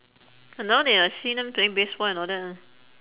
now they I see them playing baseball and all that leh